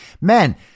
Men